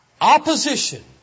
Opposition